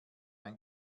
ein